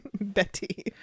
Betty